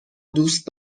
دوست